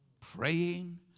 praying